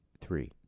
Three